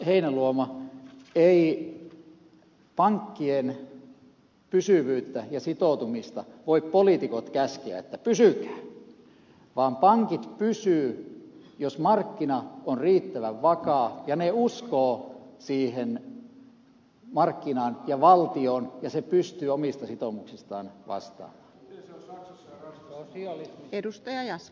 heinäluoma eivät poliitikot voi pankkien pysyvyyttä ja sitoutumista käskeä että pysykää vaan pankit pysyvät jos markkina on riittävän vakaa ja ne uskovat siihen markkinaan ja valtioon ja se pystyy omista sitoumuksistaan vastaamaan